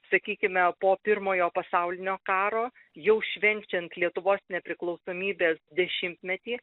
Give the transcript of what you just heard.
sakykime po pirmojo pasaulinio karo jau švenčiant lietuvos nepriklausomybės dešimtmetį